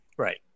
Right